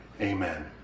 amen